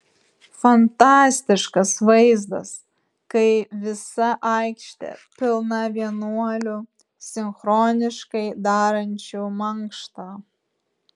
fantastiškas vaizdas kai visa aikštė pilna vienuolių sinchroniškai darančių mankštą